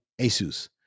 asus